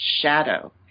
shadow